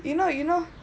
you know you know